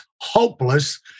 hopeless